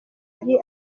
ari